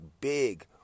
big